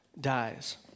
dies